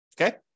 Okay